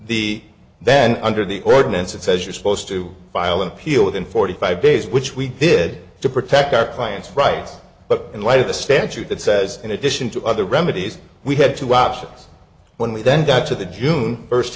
the then under the ordinance it says you're supposed to file an appeal within forty five days which we did to protect our client's rights but in light of the statute that says in addition to other remedies we had two options when we then got to the june first